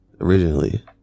originally